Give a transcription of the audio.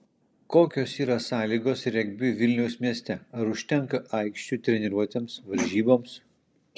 kokios yra sąlygos regbiui vilniaus mieste ar užtenka aikščių treniruotėms varžyboms